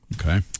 Okay